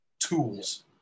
tools